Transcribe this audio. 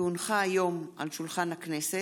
כי הונחה היום על שולחן הכנסת,